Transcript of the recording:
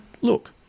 look